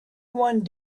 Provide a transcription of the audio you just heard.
one